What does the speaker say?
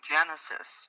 Genesis